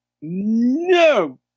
No